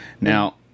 Now